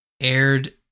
Aired